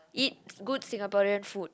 eat good Singaporean food